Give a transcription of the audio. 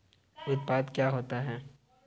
उत्पाद क्या होता है?